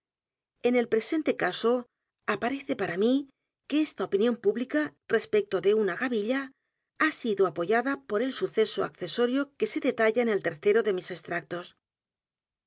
en el presente caso aparece p a r a mí que esta opinión pública respecto de una gavilla ha sido apoyada por el suceso accesorio que se detalla en el tercero de mis extractos